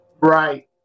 Right